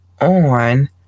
on